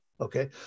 Okay